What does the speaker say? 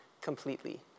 completely